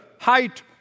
height